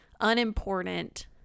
unimportant